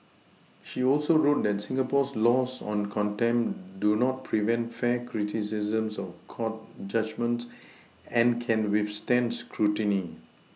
she also wrote that Singapore's laws on contempt do not prevent fair criticisms of court judgements and can withstand scrutiny